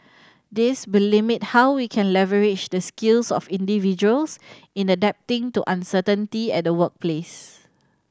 this be limit how we can leverage the skills of individuals in adapting to uncertainty at the workplace